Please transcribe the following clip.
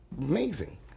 amazing